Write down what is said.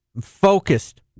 focused